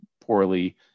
poorly